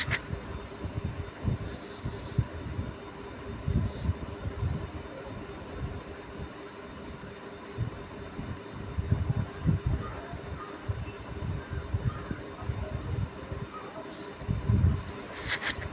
phosphate उर्वरक क पानी मे घोली कॅ पौधा केरो जड़ में देलो जाय छै